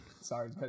Sorry